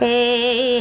Hey